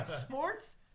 Sports